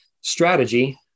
strategy